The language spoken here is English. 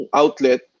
outlet